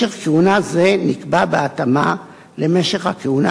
משך כהונה זה נקבע בהתאמה למשך הכהונה